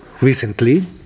recently